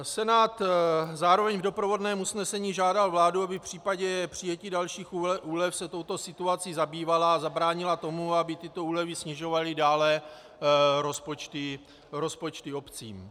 Senát zároveň v doprovodném usnesení žádal vládu, aby v případě přijetí dalších úlev se touto situací zabývala a zabránila tomu, aby tyto úlevy snižovaly dále rozpočty obcím.